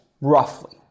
roughly